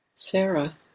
Sarah